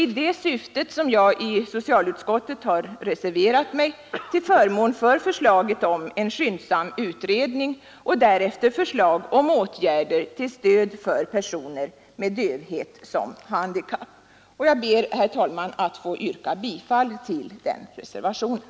I det syftet har jag i socialutskottet reserverat mig till förmån för förslaget om en skyndsam utredning och därefter förslag om åtgärder till stöd för personer med dövhet som handikapp. Jag ber, herr talman, att få yrka bifall till den reservationen.